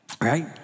Right